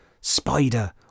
spider